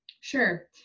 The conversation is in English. Sure